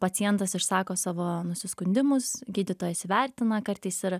pacientas išsako savo nusiskundimus gydytojas įvertina kartais ir